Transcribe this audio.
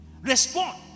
Respond